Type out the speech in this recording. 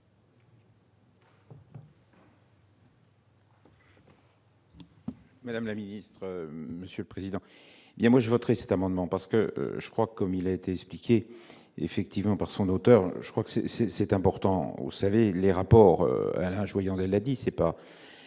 Madame la ministre, monsieur le président, hé bien moi je voterai cet amendement parce que je crois, comme il est expliqué effectivement par son auteur, je crois que c'est, c'est c'est important au salut les rapports Alain Joyandet, l'a dit, c'est pas